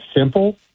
simple